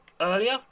earlier